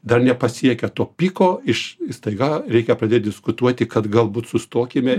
dar nepasiekę to piko iš staiga reikia pradėt diskutuoti kad galbūt sustokime